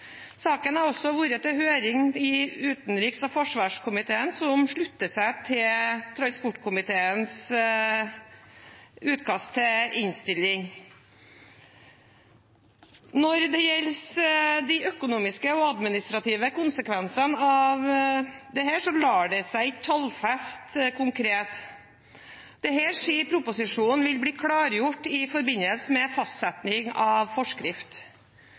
Saken har også vært på høring i utenriks- og forsvarskomiteen, som slutter seg til transportkomiteens utkast til innstilling. Når det gjelder de økonomiske og administrative konsekvensene av dette, lar det seg ikke konkret tallfeste. I proposisjonen står det at dette vil bli klargjort i forbindelse med fastsetting av forskrift.